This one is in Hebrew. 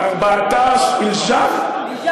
ארבעתאש לִגַ'אן.